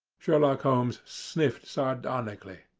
sherlock holmes sniffed sardonically.